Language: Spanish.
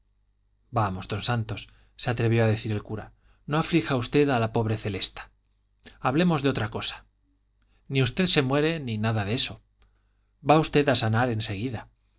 vamos don santos se atrevió a decir el cura no aflija usted a la pobre celesta hablemos de otra cosa ni usted se muere ni nada de eso va usted a sanar